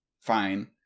fine